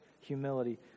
humility